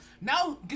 Now